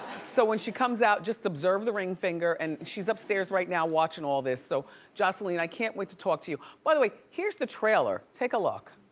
so when she comes out, just observe the ring finger. and she's upstairs right now watching all this. so joseline, i can't wait to talk to you. by the way, here's the trailer, take a look.